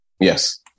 Yes